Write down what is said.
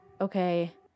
okay